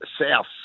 South